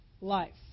life